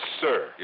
sir